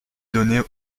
donner